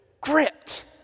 gripped